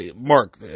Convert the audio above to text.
Mark